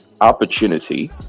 opportunity